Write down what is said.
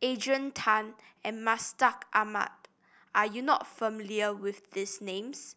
Adrian Tan and Mustaq Ahmad are you not familiar with these names